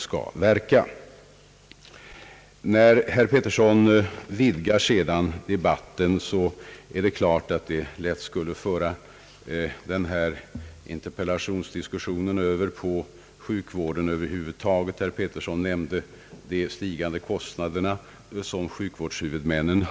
Herr Pettersson vidgar debatten, och det är klart att diskussionen därmed lätt skulle kunna föras in på sjukvårdsproblemen i stort. Han nämnde de stigande kostnaderna för sjukvårdshuvudmännen.